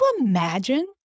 imagine